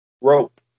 rope